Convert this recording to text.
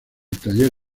taller